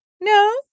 No